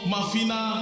Mafina